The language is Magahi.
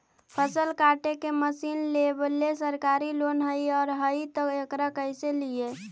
फसल काटे के मशीन लेबेला सरकारी लोन हई और हई त एकरा कैसे लियै?